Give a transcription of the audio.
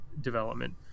development